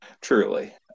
Truly